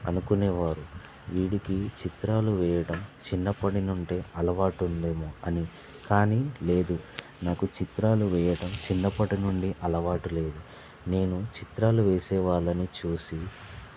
అనుకునేవారు వీడికి చిత్రాలు వేయడం చిన్నప్పుడునుండే అలవాటు ఉందేమో అని కాని లేదు నాకు చిత్రాలు వేయడం చిన్నప్పటినుండి అలవాటు లేదు నేను చిత్రాలు వేసేవాళ్ళని చూసి